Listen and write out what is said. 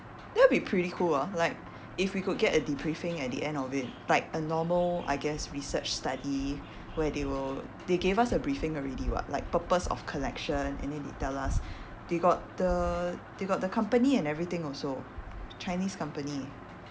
that will be pretty cool ah like if we could get a debriefing at the end of it like a normal I guess research study where they will they gave us a briefing already [what] like purpose of collection and then they tell us they got the they got the company and everything also chinese company